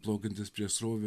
plaukiantis prieš srovę